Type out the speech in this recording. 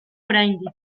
oraindik